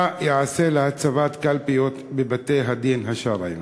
ברצוני לשאול: מה ייעשה להצבת קלפיות בבתי-הדין השרעיים?